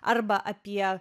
arba apie